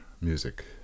music